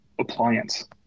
Appliance